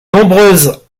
nombreuses